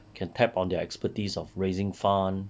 can tap on their expertise of raising funds